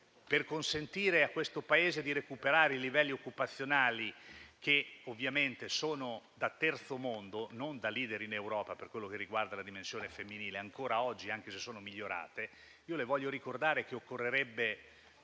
per consentire a questo Paese di recuperare i livelli occupazionali, che ovviamente sono da terzo mondo, non da *leader* in Europa, per quello che riguarda la dimensione femminile, ancora oggi, anche se sono migliorati. Le voglio ricordare che occorrerebbero